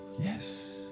Yes